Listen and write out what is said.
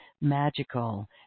magical